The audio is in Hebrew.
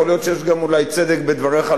יכול להיות שיש צדק בדבריך,